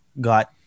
got